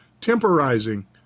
temporizing